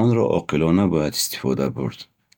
Онро оқилона бояд истифода бурд.